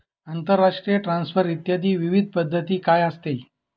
आंतरराष्ट्रीय ट्रान्सफर इत्यादी विविध पद्धती काय असतात?